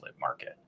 market